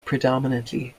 predominately